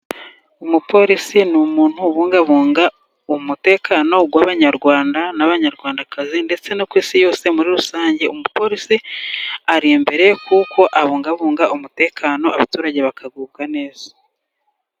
Umupolisi ni umuntu ubungabunga umutekano w'abanyarwanda n'abanyarwandakazi, ndetse no ku isi yose muri rusange umupolisi ari imbere kuko abungabunga umutekano, abaturage bakagubwa neza.